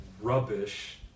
rubbish